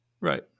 Right